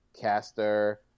caster